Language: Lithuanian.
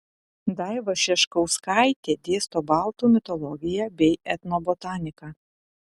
daiva šeškauskaitė dėsto baltų mitologiją bei etnobotaniką